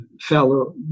fellow